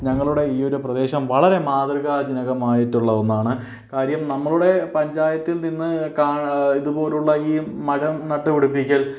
ഞങ്ങളുടെ ഈ ഒരു പ്രദേശം വളരെ മാതൃകാജനകമായിട്ടുള്ള ഒന്നാണ് കാര്യം നമ്മളുടെ പഞ്ചായത്തിൽ നിന്ന് കാ ഇതുപോലുള്ള ഈ മരം നട്ട് പിടിപ്പിക്കൽ